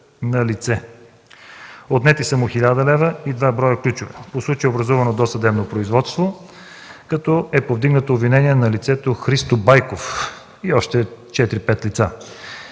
на лице. Отнети са му 1000 лв. и 2 броя ключове. По случая е образувано досъдебно производство, като е повдигнато обвинение на лицето Христо Байков и още 4-5 лица.